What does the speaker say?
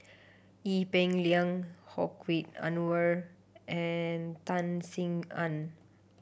Ee Peng Liang Hedwig Anuar and Tan Sin Aun